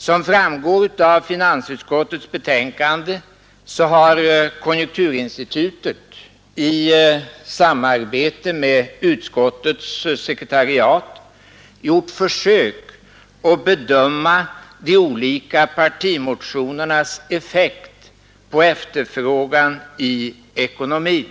Som framgår av finansutskottets betänkande har konjunkturinstitutet i samarbete med utskottets sekretariat gjort försök att bedöma de olika partimotionernas effekt på efterfrågan i ekonomin.